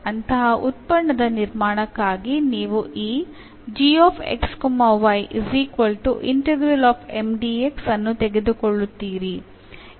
ಅಂತಹ ಉತ್ಪನ್ನದ ನಿರ್ಮಾಣಕ್ಕಾಗಿ ನೀವು ಈ ಅನ್ನು ತೆಗೆದುಕೊಳ್ಳುತ್ತೀರಿ